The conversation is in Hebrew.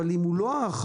אבל אם הוא לא האחרון,